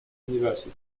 university